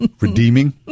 Redeeming